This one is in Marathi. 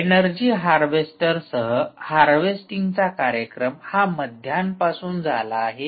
ऐनर्जी हार्वेस्टरसह हार्वेस्टिंगचा कार्यक्रम हा मध्यान्ह पासून झाला आहे